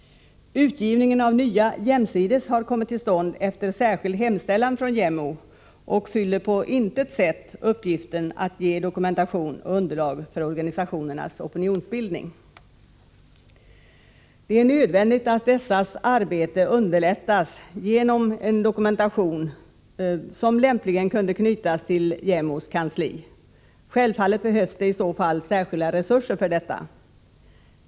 Utgivningen av Nya jämsides har kommit till stånd efter särskild hemställan från JämO och fyller på intet sätt uppgiften att ge dokumentation och underlag för organisationernas opinionsbildning. Det är nödvändigt att deras arbete underlättas genom en dokumentationscentral som lämpligen kunde knytas till JämO:s kansli. Självfallet behövs det i så fall särskilda resurser för detta.